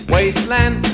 Wasteland